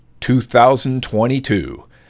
2022